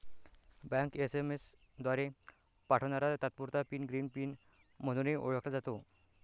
bank SMS द्वारे पाठवणारा तात्पुरता पिन ग्रीन पिन म्हणूनही ओळखला जातो